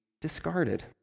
discarded